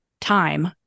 time